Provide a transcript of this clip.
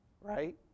Right